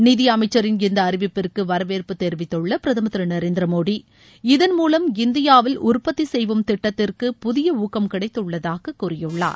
நிதி அமைச்சரின் இந்த அறிவிப்பிற்கு வரவேற்பு தெரிவித்துள்ள பிரதமர் திரு நரேந்திர மோடி இதன் மூவம் இந்தியாவில் உற்பத்தி செய்வோம் திட்டத்திற்கு புதிய ஊக்கம் கிடைத்துள்ளதாக கூறியுள்ளார்